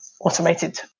automated